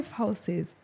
houses